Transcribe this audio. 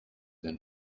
than